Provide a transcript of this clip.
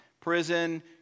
prison